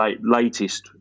latest